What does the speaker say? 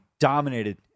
dominated